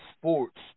sports